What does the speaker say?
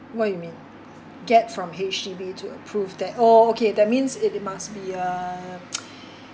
what you mean get from H_D_B to approve that oh okay that means it must be a